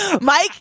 Mike